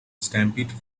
stampede